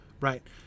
right